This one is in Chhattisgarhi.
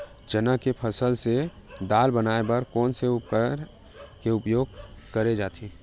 चना के फसल से दाल बनाये बर कोन से उपकरण के उपयोग करे जाथे?